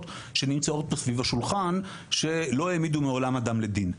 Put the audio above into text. שנמצאות פה סביב השולחן שלא העמידו מעולם אדם לדין.